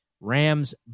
Rams